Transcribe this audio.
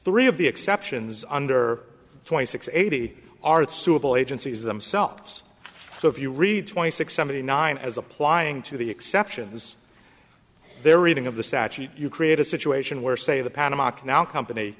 three of the exceptions under twenty six eighty aren't suitable agencies themselves so if you read twenty six seventy nine as applying to the exceptions there reading of the statute you create a situation where say the panama canal company